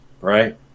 Right